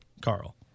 Carl